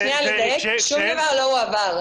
שום דבר לא הועבר.